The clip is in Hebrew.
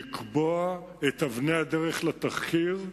לקבוע את אבני הדרך לתחקיר.